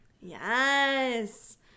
Yes